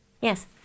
Yes